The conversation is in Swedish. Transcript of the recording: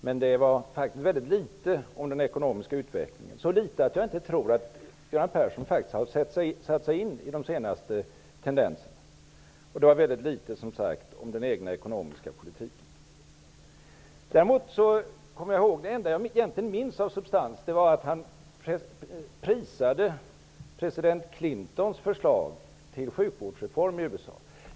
Men det handlade mycket litet om den ekonomiska utvecklingen, så litet att jag inte tror att Göran Persson har satt sig in i de senaste tendenserna, och -- som sagt -- det handlade mycket litet om den egna ekonomiska politiken. Det enda jag egentligen minns av substans är att Göran Persson prisade president Clintons förslag till sjukvårdsreform i USA.